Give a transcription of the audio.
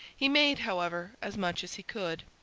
he made, however, as much as he could.